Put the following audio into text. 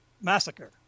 massacre